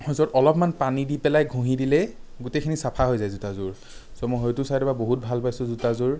সেইযোৰত অলপমান পানী দি পেলাই ঘঁহি দিলেই গোটেইখিনি চাফা হৈ যায় জোতাযোৰ চ' মই সেইটো চাইডৰ পৰা বহুত ভাল পাইছোঁ জোতাযোৰ